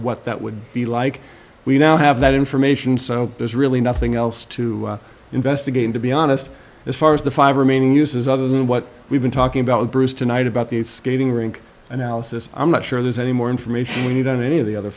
what that would be like we now have that information so there's really nothing else to investigate to be honest as far as the five remaining uses other than what we've been talking about bruce tonight about the skating rink analysis i'm not sure there's any more information we need on any of the other